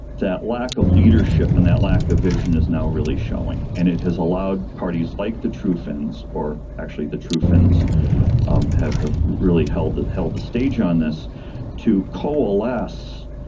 that lack of leadership and that lack of vision is now really showing. and it has allowed parties like the true finns or actually the true finns um have have really held the held the stage on this to coalesce